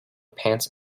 pants